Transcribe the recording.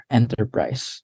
enterprise